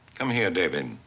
come here, david.